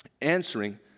answering